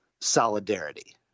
solidarity